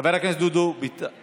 חבר הכנסת דוד ביטן,